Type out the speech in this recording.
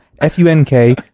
F-U-N-K